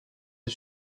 est